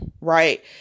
Right